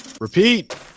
Repeat